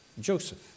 Joseph